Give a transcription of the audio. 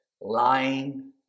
lying